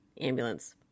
ambulance